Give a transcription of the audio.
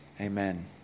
Amen